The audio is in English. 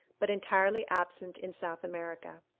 but entirely absent in south america.